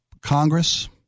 Congress